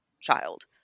child